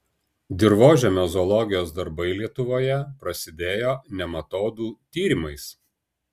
dirvožemio zoologijos darbai lietuvoje prasidėjo nematodų tyrimais